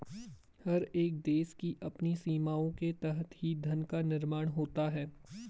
हर एक देश की अपनी सीमाओं के तहत ही धन का निर्माण होता है